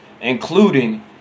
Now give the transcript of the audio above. including